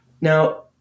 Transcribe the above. now